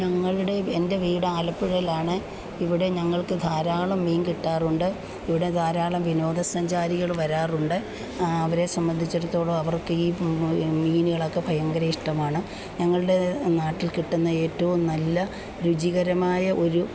ഞങ്ങളുടെ എൻ്റെ വീട് ആലപ്പുഴയിലാണ് ഇവിടെ ഞങ്ങൾക്ക് ധാരാളം മീൻ കിട്ടാറുണ്ട് ഇവിടെ ധാരാളം വിനോദസഞ്ചാരികൾ വരാറുണ്ട് അവരെ സംബന്ധിച്ചിടത്തോളം അവർക്ക് ഈ മീനുകളൊക്കെ ഭയങ്കര ഇഷ്ടമാണ് ഞങ്ങളുടെ നാട്ടിൽ കിട്ടുന്ന ഏറ്റവും നല്ല രുചികരമായ ഒരു